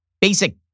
basic